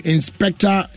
Inspector